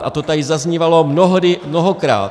A to tady zaznívalo mnohdy, mnohokrát.